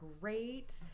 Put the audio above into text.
great